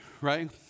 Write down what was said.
Right